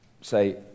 say